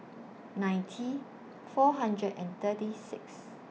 ninety four hundred and thirty six